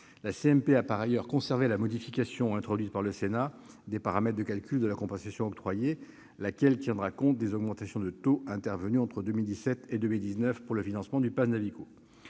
La CMP a par ailleurs conservé la modification introduite par le Sénat des paramètres de calcul de la compensation octroyée, laquelle tiendra compte des augmentations de taux intervenues entre 2017 et 2019 pour le financement du passe Navigo.